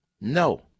No